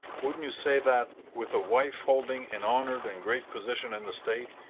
wouldn't you say that, with a wife holding an honored and great position in the state,